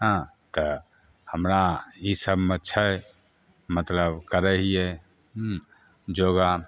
हँ तऽ हमरा ईसबमे छै मतलब करै हिए हम योगा